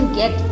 get